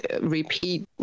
repeat